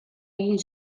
egin